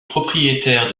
propriétaire